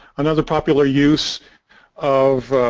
another popular use of